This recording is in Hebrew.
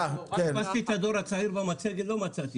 חיפשתי את הדור הצעיר במצגת, לא מצאתי.